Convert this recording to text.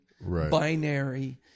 binary